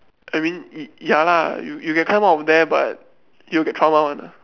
I mean ya lah you you can climb out of there but you will get trauma [one]